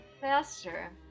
faster